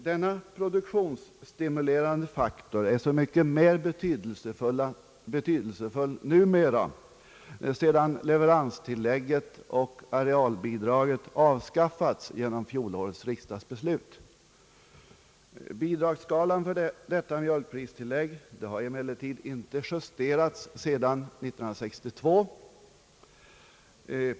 Denna produktionsstimulerande faktor är så mycket mera betydelsefull numera sedan leveranstillägget och arealbidraget avskaffats genom fjolårets riksdagsbeslut. Bidragsskalan för detta mjölkpristilllägg har emellertid inte justerats sedan 1962.